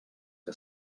que